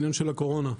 בתקופת הקורונה,